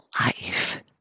life